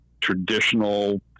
traditional